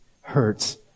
hurts